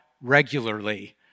regularly